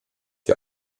die